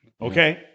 Okay